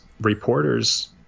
reporters